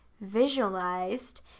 visualized